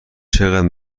چقدر